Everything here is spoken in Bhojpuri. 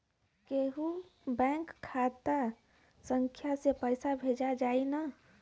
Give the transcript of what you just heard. कौन्हू बैंक के खाता संख्या से पैसा भेजा जाई न?